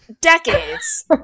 decades